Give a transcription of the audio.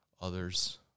others